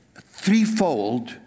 threefold